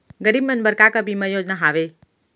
गरीब मन बर का का बीमा योजना हावे?